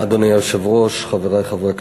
אדוני היושב-ראש, חברי חברי הכנסת,